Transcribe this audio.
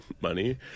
money